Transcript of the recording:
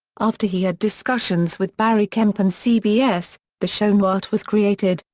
after he had discussions with barry kemp and cbs, the show newhart was created,